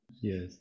Yes